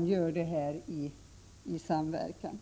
nu sker genomförs i samverkan.